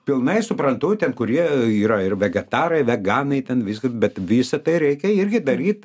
pilnai suprantu ten kurie yra ir vegetarai veganai ten viską bet visa tai reikia irgi daryt